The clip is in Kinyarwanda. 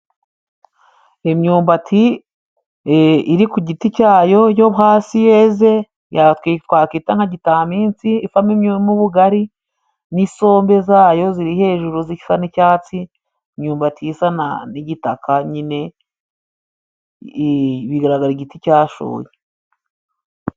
Imyumbati iri ku giti cyayo yo hasi yeze, twakwita nka gitamisi, ivamo ubugari n'isombe zayo ziri hejuru zisa n'icyatsi, imyumbati yo isa n'igitaka nyine bigaragaza igiti cyashoye.